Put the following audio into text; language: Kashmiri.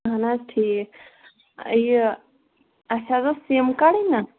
اَہَن حظ ٹھیٖک یہِ اَسہِ حظ ٲس سِم کَڈُن نا